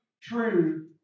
true